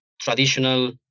traditional